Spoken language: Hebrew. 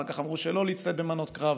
אחר כך אמרו שלא להצטייד במנות קרב,